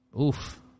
Oof